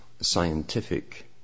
scientific